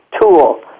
tool